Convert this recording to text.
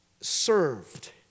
served